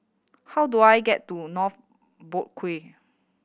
how do I get to North Boat Quay